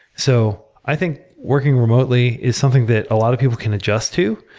so i think working remotely is something that a lot of people can adjust to.